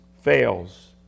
fails